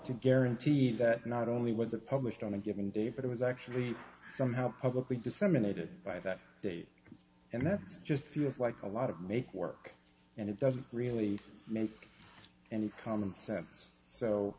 guarantee that not only was it published on a given day but it was actually somehow publicly disseminated by that date and that just feels like a lot of make work and it doesn't really make any common sense so